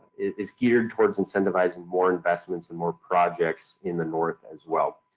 is geared towards incentivizing more investments and more projects in the north as well.